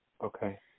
Okay